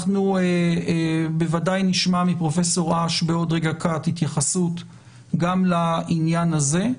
אנחנו בוודאי נשמע מפרופ' אש בעוד רגע קט התייחסות גם לעניין הזה.